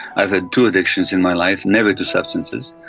i've had two addictions in my life, never to substances,